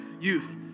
Youth